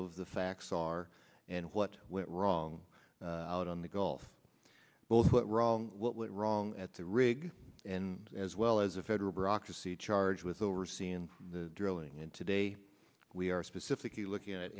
of the facts are and what went wrong out on the gulf both what wrong what went wrong at the rig and as well as a federal bureaucracy charged with overseeing the drilling and today we are specifically looking at